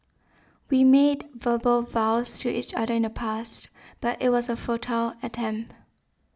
we made verbal vows to each other in the past but it was a futile attempt